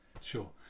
Sure